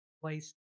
place